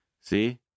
See